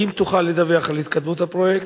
האם תוכל לדווח על התקדמות הפרויקט?